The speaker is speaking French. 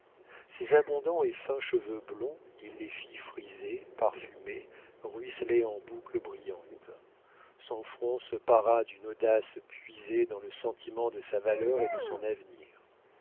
ses abondants et fins cheveux blonds il les fit friser parfumer ruisseler en boucles brillantes son front se para d'une audace puisée dans le sentiment de sa valeur et de son avenir